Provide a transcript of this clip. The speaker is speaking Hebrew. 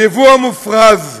הייבוא המופרז,